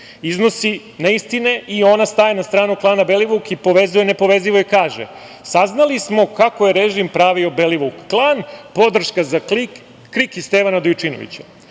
iznosi neistine i ona staje na stranu klana Belivuk i povezuje nepovezivo i kaže: „Saznali smo kako je režim pravio Belivuk klan. Podrška za KRIK i Stvana Dojčinovića.“